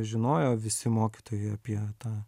žinojo visi mokytojai apie tą